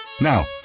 Now